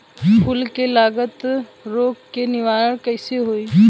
फूल में लागल रोग के निवारण कैसे होयी?